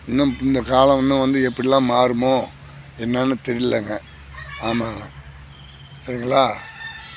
இன்னும் இந்தக் காலம் இன்னும் வந்து எப்படிலாம் மாறுமோ என்னான்னு தெரியலங்க ஆமாம்ங்க சரிங்களா